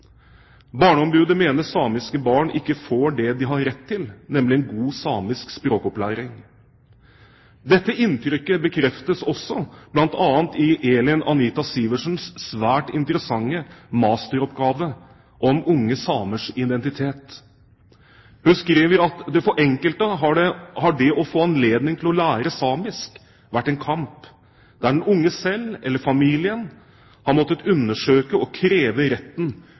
Barneombudet mener samiske barn ikke får det de har rett til, nemlig en god samisk språkopplæring. Dette inntrykket bekreftes også bl.a. i Elin Anita Sivertsens svært interessante masteroppgave om unge samers identitet. Hun skriver at for enkelte har det å få anledning til å lære samisk vært en kamp, der den unge selv, eller familien, har måttet undersøke og kreve retten